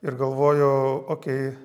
ir galvoju okei